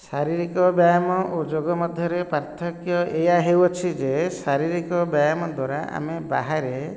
ଶାରୀରିକ ବ୍ୟାୟାମ ଓ ଯୋଗ ମଧ୍ୟରେ ପାର୍ଥକ୍ୟ ଏହା ହେଉଅଛି ଯେ ଶାରୀରିକ ବ୍ୟାୟାମ ଦ୍ଵାରା ଆମେ ବାହାରେ